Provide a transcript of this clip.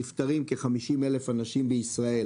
נפטרים בממוצע כ-50 אלף אנשים בישראל,